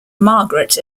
margaret